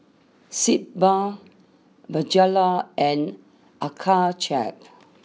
Sitz Bath Bonjela and Accucheck